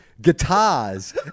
guitars